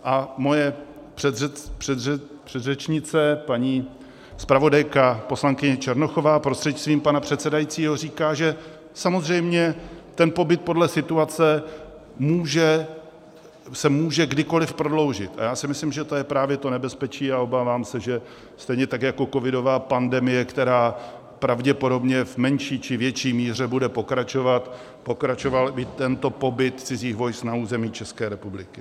A moje předřečnice, paní zpravodajka poslankyně Černochová, prostřednictvím pana předsedajícího říká, že samozřejmě ten pobyt podle situace se může kdykoliv prodloužit, a já si myslím, že to je právě to nebezpečí, a obávám se, že stejně tak jako covidová pandemie, která pravděpodobně v menší či větší míře bude pokračovat, pokračoval by i tento pobyt cizích vojsk na území České republiky.